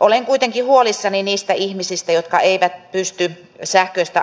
olen kuitenkin huolissani niistä ihmisistä jotka eivät pysty sähköistä